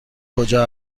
کجا